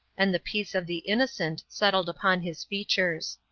and the peace of the innocent settled upon his features.